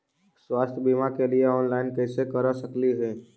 स्वास्थ्य बीमा के लिए ऑनलाइन कैसे कर सकली ही?